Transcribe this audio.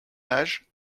age